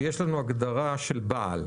ויש הגדרה של בעל.